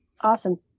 Awesome